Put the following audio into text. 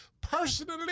personally